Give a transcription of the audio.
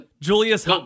Julius